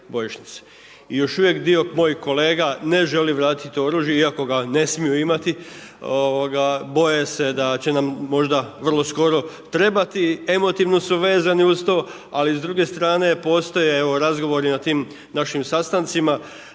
I još uvijek dio mojih kolega ne želi vratiti oružje, iako ga ne smiju imati boje se da će nam možda vrlo skoro trebati, emotivno su vezani uz to. Ali s druge strane postoje evo razgovori na tim našim sastancima